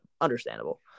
Understandable